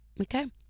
okay